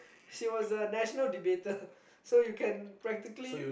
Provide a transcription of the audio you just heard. she was a national debater so you can practically